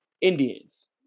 Indians